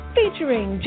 featuring